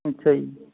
ਅੱਛਾ ਜੀ